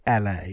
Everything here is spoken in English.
la